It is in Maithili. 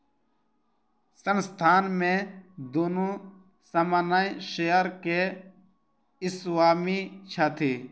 संस्थान में दुनू सामान्य शेयर के स्वामी छथि